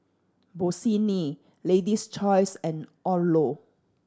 Bossini Lady's Choice and Odlo